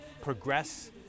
progress